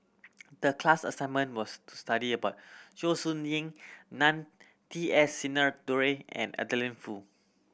the class assignment was to study about Zhou Ying Nan T S Sinnathuray and Adeline Foo